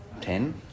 Ten